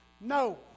no